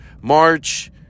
March